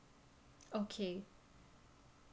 okay